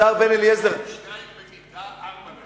במקום שניים במיטה, ארבעה במיטה.